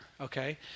okay